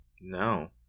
No